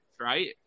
right